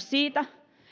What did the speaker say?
siitä